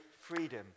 freedom